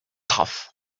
tough